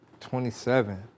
27